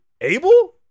Abel